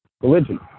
religion